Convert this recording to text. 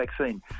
vaccine